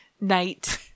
night